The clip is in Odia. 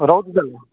ରହୁଛି ତା'ହେଲେ